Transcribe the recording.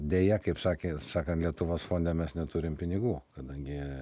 deja kaip sakė sakant lietuvos fonde mes neturim pinigų kadangi